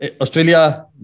Australia